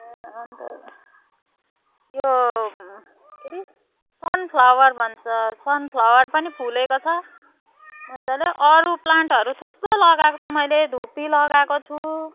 ए अन्त यो के अरे सनफ्लावर भन्छ सनफ्लावर पनि फुलेको छ मजाले अरू प्लान्टहरू थुप्रो लगाएको छु मैले धुपी लगाएको छु